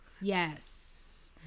yes